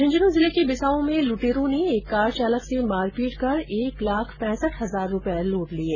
झंझंनू जिले के बिसाऊ में लुटेरों ने एक कार चालक से मारपीट कर एक लाख पैसंठ हजार रूपये लुट लिये